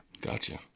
Gotcha